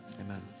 Amen